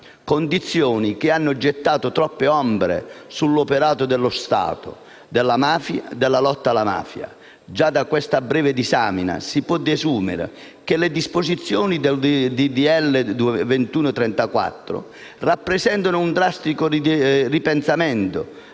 condizioni che hanno gettato troppe ombre sull'operato dello Stato nella lotta alla mafia. Già da questa breve disamina si può desumere che le disposizioni del disegno di legge n. 2134 rappresentano un drastico ripensamento